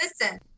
Listen